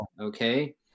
Okay